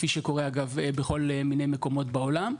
כפי שקורה אגב בכל מיני מקומות בעולם.